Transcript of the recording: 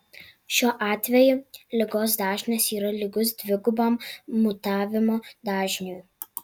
šiuo atveju ligos dažnis yra lygus dvigubam mutavimo dažniui